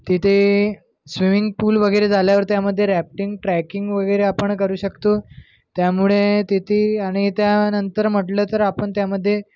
तिथे swimming pool वगैरे झाल्यावर त्यामध्ये रॅफ्टिंग ट्रॅकिंग वगैरे आपण करू शकतो त्यामुळे तिथे आणि त्यानंतर म्हटलं तर आपण त्यामध्ये